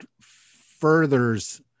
furthers